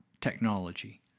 technology